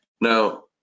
Now